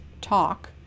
talk